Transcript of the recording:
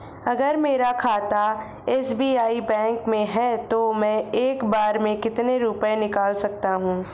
अगर मेरा खाता एस.बी.आई बैंक में है तो मैं एक बार में कितने रुपए निकाल सकता हूँ?